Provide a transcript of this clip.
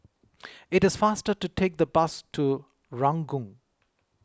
it is faster to take the bus to Ranggung